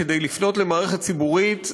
כדי לפנות למערכת ציבורית,